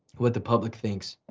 what the public thinks.